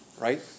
Right